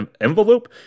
envelope